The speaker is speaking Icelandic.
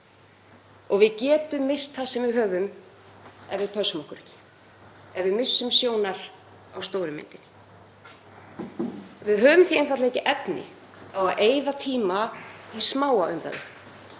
og við getum misst það sem við höfum ef við pössum okkur ekki, ef við missum sjónar á stóru myndinni. Við höfum því einfaldlega ekki efni á að eyða tíma í smáa umræðu